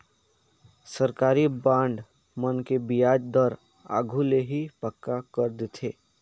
सरकारी बांड मन के बियाज दर आघु ले ही पक्का कर देथे